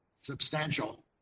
substantial